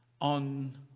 on